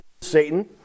Satan